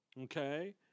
Okay